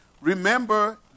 Remember